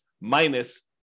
minus